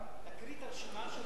תקריא את הרשימה של,